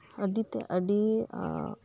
ᱟᱹᱰᱤᱛᱮᱫ ᱟᱹᱰᱤ